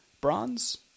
Bronze